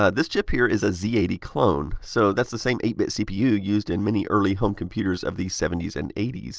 ah this chip here is a z eighty clone. so that's the same eight bit cpu used in many early home computers of the seventy s and eighty s.